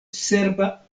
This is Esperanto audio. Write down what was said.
serba